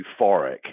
euphoric